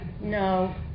No